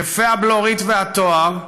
יפי הבלורית והתואר,